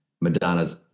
Madonna's